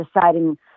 deciding